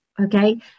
Okay